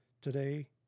today